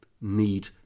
need